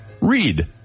Read